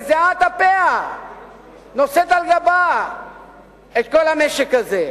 בזיעת אפיה נושאת על גבה את כל המשק הזה.